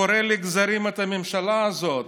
קורע לגזרים את הממשלה הזאת,